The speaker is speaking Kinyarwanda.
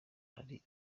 ari